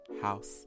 house